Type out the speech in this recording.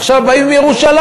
עכשיו באים לירושלים.